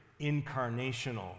incarnational